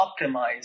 optimize